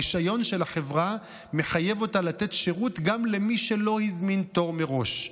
הרישיון של החברה מחייב אותה לתת שירות גם למי שלא הזמין תור מראש.